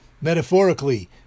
metaphorically